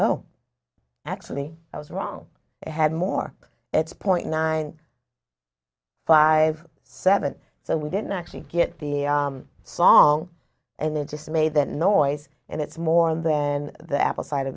oh actually i was wrong it had more its point nine five seven so we didn't actually get the song and it just made the noise and it's more than the apple cider